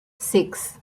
six